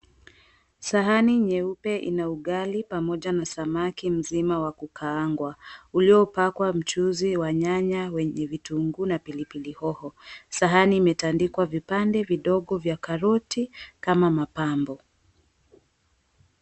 Sahani nyeupe ina ugali pamoja na samaki mzima wa kukaangwa uliopakwa mchuzi wa nyanya wenye vitunguu na pilipili hoho. Sahani imetandikwa vipande vidogo vya karoti kama mapambo.